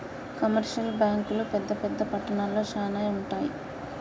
commercial బ్యాంకులు పెద్ద పెద్ద పట్టణాల్లో శానా ఉంటయ్